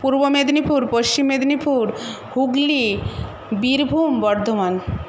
Purba Medinipur Paschim Medinipur Hooghly Birbhum Bardhaman